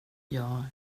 jag